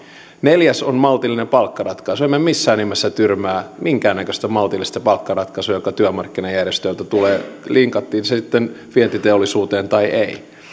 neljäs on maltillinen palkkaratkaisu emme missään nimessä tyrmää minkäännäköistä maltillista palkkaratkaisua joka työmarkkinajärjestöiltä tulee linkattiin se sitten vientiteollisuuteen tai ei